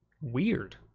Weird